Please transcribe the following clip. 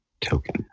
token